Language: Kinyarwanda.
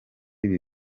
ibi